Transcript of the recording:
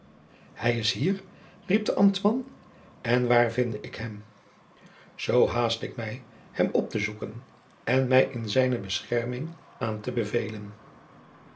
hij is hier riep de ambtman en waar vinde ik hem zoo haast ik mij hem op te zoeken en mij in zijne bescherming aan te bevelen